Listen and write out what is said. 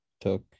took